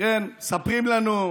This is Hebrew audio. מספרים לנו,